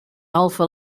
alfa